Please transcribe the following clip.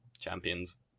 champions